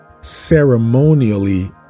ceremonially